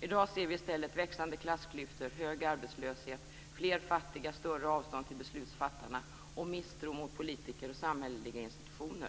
I dag ser vi i stället växande klassklyftor, hög arbetslöshet, fler fattiga, större avstånd till beslutsfattarna och misstro mot politiker och samhälleliga institutioner.